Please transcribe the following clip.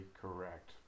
correct